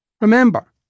Remember